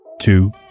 two